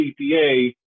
CPA